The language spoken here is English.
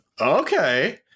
okay